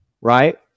right